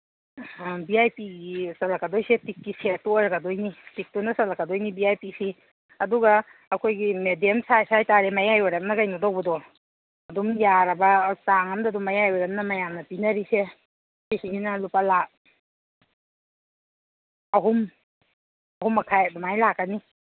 V I ꯄꯤꯒꯤ ꯆꯜꯂꯛꯀꯗꯣꯏꯁꯦ ꯇꯤꯛꯀꯤ ꯁꯦꯠꯇꯨ ꯑꯣꯏꯔꯛꯀꯗꯣꯏꯅꯤ ꯇꯤꯛꯇꯨꯅ ꯆꯜꯂꯛꯀꯗꯣꯏꯅꯤ ꯚꯤ ꯑꯥꯏ ꯄꯤꯁꯤ ꯑꯗꯨꯒ ꯑꯩꯈꯣꯏꯒꯤ ꯃꯦꯗꯤꯌꯝ ꯁꯥꯏꯖ ꯍꯥꯏ ꯇꯥꯔꯦ ꯃꯌꯥꯏ ꯑꯣꯏꯔꯞꯅ ꯀꯩꯅꯣ ꯇꯧꯕꯗꯣ ꯑꯗꯨꯝ ꯌꯥꯔꯕ ꯆꯥꯡ ꯑꯝꯗ ꯑꯗꯨꯝ ꯃꯌꯥꯏ ꯑꯣꯏꯔꯞꯅ ꯃꯌꯥꯝꯅ ꯄꯤꯅꯔꯤꯁꯦ ꯁꯤꯁꯤꯒꯤꯅ ꯂꯨꯄꯥ ꯂꯥꯈ ꯑꯍꯨꯝ ꯑꯍꯨꯝ ꯃꯈꯥꯏ ꯑꯗꯨꯃꯥꯏ ꯂꯥꯛꯀꯅꯤ